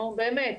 נו באמת?